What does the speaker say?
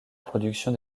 production